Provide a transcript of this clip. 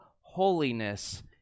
holiness